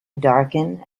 darken